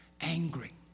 angry